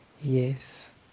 Yes